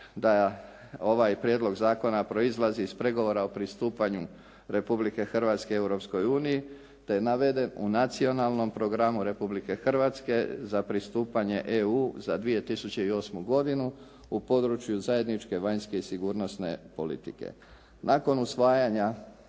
da ovaj prijedlog zakona proizlazi iz pregovora o pristupanju Republike Hrvatske Europskoj uniji te je naveden u Nacionalnom programu Republike Hrvatske za pristupanje EU za 2008. godinu u području zajedničke vanjske sigurnosne politike. Nakon usvajanja